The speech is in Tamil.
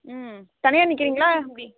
ம் தனியாக நிற்குறீங்களா எப்படி